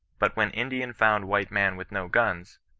but when indian found white man with no guns,